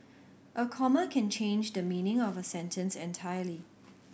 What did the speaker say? a comma can change the meaning of a sentence entirely